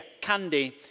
Candy